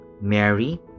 Mary